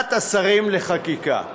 בוועדת השרים לחקיקה.